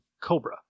Cobra